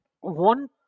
One